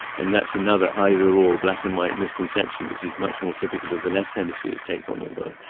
um that's another either or black and white misconception which is much more typical of the left hemisphere's take on the world.